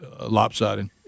lopsided